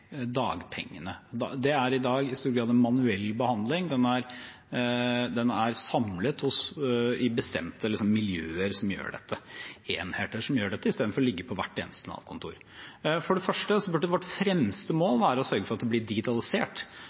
Det er i dag i stor grad en manuell behandling. Den er samlet i bestemte miljøer, enheter, som gjør dette istedenfor at det skal være ved hvert eneste Nav-kontor. For det første burde vårt fremste mål være å sørge for at det blir digitalisert.